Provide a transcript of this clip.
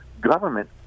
government